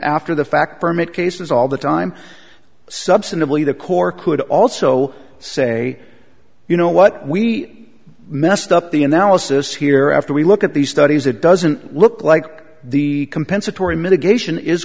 after the fact permit cases all the time substantively the core could also say you know what we messed up the analysis here after we look at these studies it doesn't look like the compensatory mitigation is